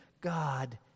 God